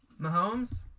Mahomes